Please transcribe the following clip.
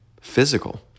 physical